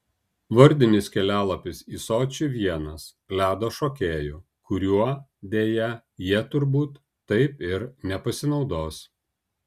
vardinis kelialapis į sočį vienas ledo šokėjų kuriuo deja jie turbūt taip ir nepasinaudos